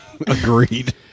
Agreed